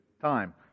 time